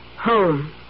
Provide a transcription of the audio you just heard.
Home